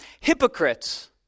hypocrites